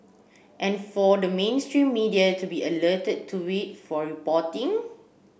and for the mainstream media to be alerted to it for reporting